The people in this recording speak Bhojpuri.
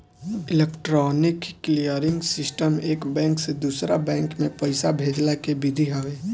इलेक्ट्रोनिक क्लीयरिंग सिस्टम एक बैंक से दूसरा बैंक में पईसा भेजला के विधि हवे